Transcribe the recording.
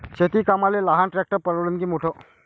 शेती कामाले लहान ट्रॅक्टर परवडीनं की मोठं?